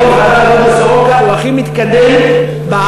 היום חדר היולדות בסורוקה הוא הכי מתקדם בארץ,